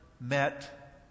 met